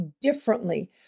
differently